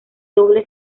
doble